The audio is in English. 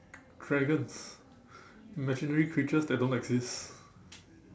dragons imaginary creatures that don't exist